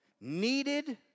needed